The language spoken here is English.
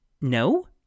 No